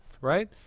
right